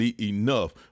enough